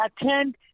attend